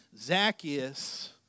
Zacchaeus